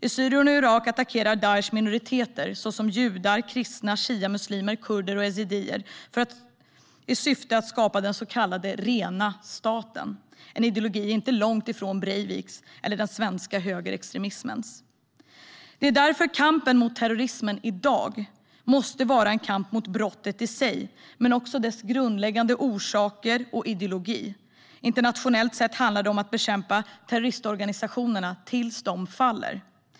I Syrien och Irak attackerar Daish minoriteter såsom judar, kristna, shiamuslimer, kurder och ezidier i syfte att skapa den så kallade rena staten - en ideologi inte långt ifrån Breiviks eller den svenska högerextremismens. Därför måste kampen mot terrorismen i dag vara en kamp mot brottet i sig men också dess grundläggande orsaker och ideologi. Internationellt sett handlar det om att bekämpa terroristorganisationerna tills de faller.